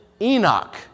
Enoch